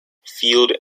field